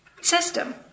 system